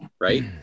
right